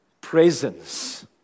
presence